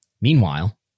Meanwhile